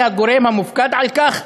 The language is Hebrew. שהיא הגורם המופקד על כך,